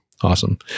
Awesome